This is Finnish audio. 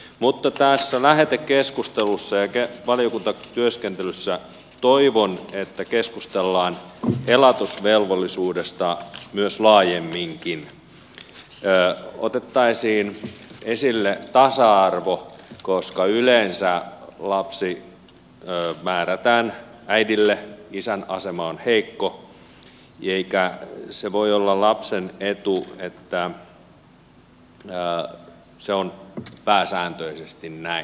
toivon että tässä lähetekeskustelussa ja valiokuntatyöskentelyssä keskustellaan elatusvelvollisuudesta laajemminkin otettaisiin esille tasa arvo koska yleensä lapsi määrätään äidille isän asema on heikko eikä se voi olla lapsen etu että se on pääsääntöisesti näin